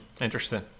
Interesting